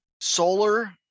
Solar